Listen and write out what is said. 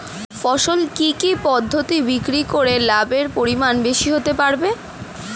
ফসল কি কি পদ্ধতি বিক্রি করে লাভের পরিমাণ বেশি হতে পারবে?